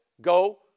Go